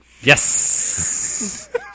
Yes